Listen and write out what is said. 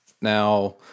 Now